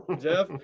Jeff